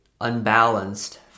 unbalanced